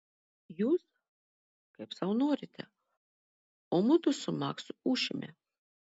jūs kaip sau norite o mudu su maksu ūšime